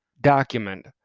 document